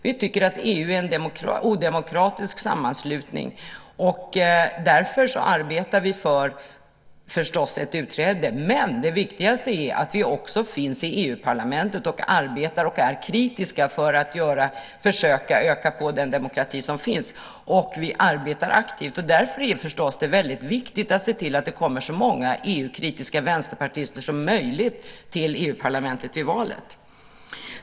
Vi tycker att EU är en odemokratisk sammanslutning. Därför arbetar vi förstås för ett utträde. Men det viktigaste är att vi också finns i EU-parlamentet och arbetar och är kritiska för att försöka öka den demokrati som ändå finns. Vi arbetar aktivt. Därför är det förstås väldigt viktigt att se till att det kommer så många EU-kritiska vänsterpartister som möjligt till EU-parlamentet efter valet.